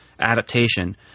adaptation